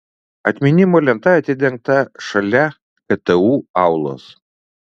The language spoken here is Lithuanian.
atminimo lenta atidengta šalia ktu aulos